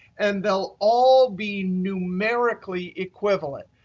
and they'll all be numerically equivalent.